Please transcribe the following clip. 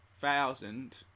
thousand